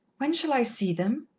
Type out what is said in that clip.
when shall i see them?